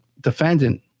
defendant